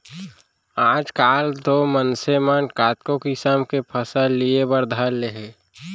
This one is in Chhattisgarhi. आजकाल तो मनसे मन कतको किसम के फसल लिये बर धर ले हें